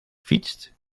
fietst